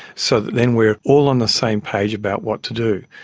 so that then we are all on the same page about what to do.